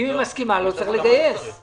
שלוש שנים וכדומה,